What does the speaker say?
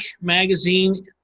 Magazine